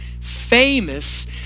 famous